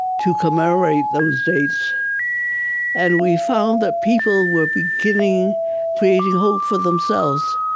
to commemorate those dates and we found that people were beginning creating hope for themselves.